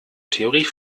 theorie